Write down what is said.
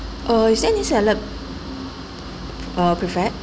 or is there any salad uh prepared